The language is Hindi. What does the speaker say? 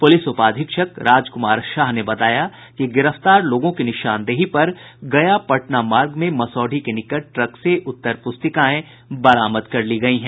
पूलिस उपाधीक्षक राजक्मार शाह ने बताया कि गिरफ्तार लोगों की निशानदेही पर गया पटना मार्ग में मसौढ़ी के निकट ट्रक से उत्तर प्रस्तिकाएं बरामद कर ली गयी हैं